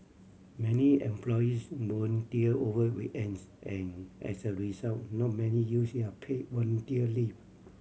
many employees volunteer over weekends and as a result not many use their paid volunteer leap